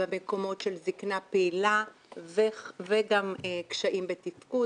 במקומות של זקנה פעילה וגם קשיים בתפקוד.